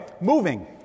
moving